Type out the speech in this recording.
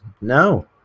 No